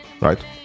right